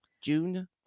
June